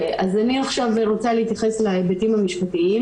אני עכשיו רוצה להתייחס להיבטים המשפטיים